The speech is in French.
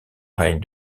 règne